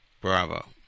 Bravo